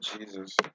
Jesus